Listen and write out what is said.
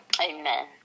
Amen